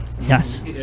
Yes